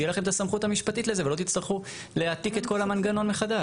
שתהיה לכם את הסמכות המשפטית לזה ולא תצטרכו להעתיק את כל המנגנון מחדש.